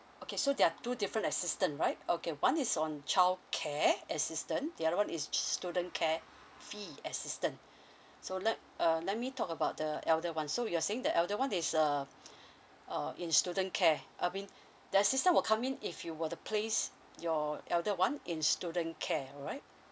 okay so there are two different assistance right okay one is on childcare assistance the other one is student care fee assistance so let uh let me talk about the elder [one] so you're saying the elder [one] is uh uh in student care I mean the assistance will come in if you were to place your elder [one] in student care alright